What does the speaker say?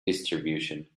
distribution